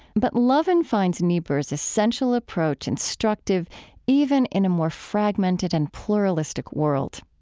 but lovin finds niebuhr's essential approach instructive even in a more fragmented and pluralistic world.